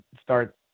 start